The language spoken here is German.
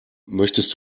möchtest